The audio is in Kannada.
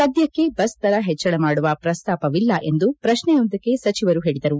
ಸದ್ಯಕ್ಕೆ ಬಸ್ದರ ಹೆಚ್ಚಳ ಮಾಡುವ ಪ್ರಸ್ತಾಪವಿಲ್ಲ ಎಂದು ಪ್ರಶ್ನೆಯೊಂದಕ್ಕೆ ಸಚಿವರು ಹೇಳಿದರು